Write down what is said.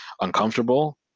uncomfortable